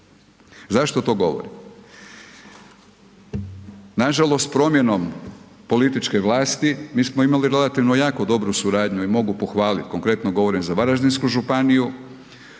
Zašto to govorim? Nažalost promjenom političke vlasti, mi smo imali relativno jako dobru suradnju i mogu pohvaliti, konkretno govorim za Varaždinsku županiju,